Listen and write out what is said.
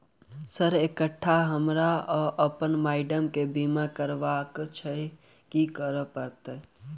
Sir एकटा हमरा आ अप्पन माइडम केँ बीमा करबाक केँ छैय की करऽ परतै?